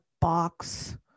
box